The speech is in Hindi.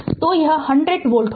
तो यह 100 वोल्ट होगा